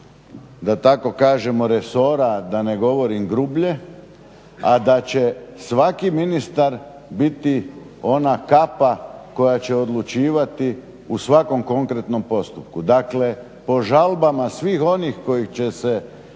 da tako kažemo resora, da ne govorim grublje, a da će svaki ministar biti ona kapa koja će odlučivati u svakom konkretnom postupku. Dakle po žalbama svih onih koji će se